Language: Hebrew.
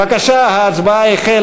בבקשה, ההצבעה החלה.